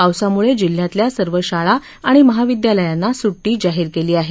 पावसामुळे जिल्ह्यातल्या सर्व शाळा आणि महाविद्यालयांना सुट्टी जाहीर केली आहे